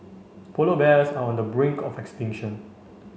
polar bears are on the brink of extinction